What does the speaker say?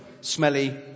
smelly